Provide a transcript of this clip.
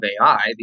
AI